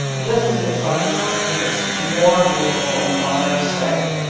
this is exciting because i think it's more beautiful in the fired state.